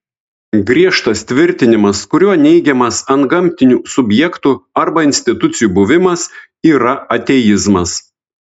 griežtas tvirtinimas kuriuo neigiamas antgamtinių subjektų arba institucijų buvimas yra ateizmas